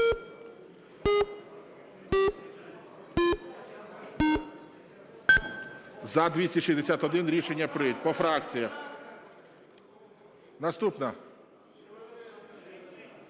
За-261 Рішення прийнято. По фракціях. Наступна.